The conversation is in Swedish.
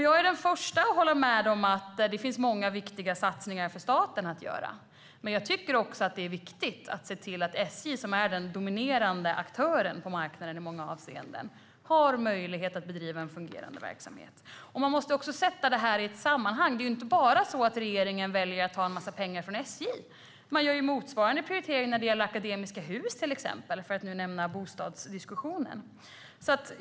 Jag är den första att hålla med om att det finns många viktiga satsningar för staten att göra. Men jag tycker också att det är viktigt att se till att SJ, som är den dominerande aktören på marknaden i många avseenden, har möjlighet att bedriva en fungerande verksamhet. Man måste också sätta det här i ett sammanhang. Regeringen väljer inte bara att ta en massa pengar från SJ. Man gör motsvarande prioritering när det gäller Akademiska Hus, för att ta ett exempel från bostadsdiskussionen.